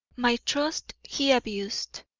my trust he abused.